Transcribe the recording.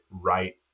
right